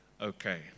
okay